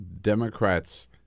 Democrats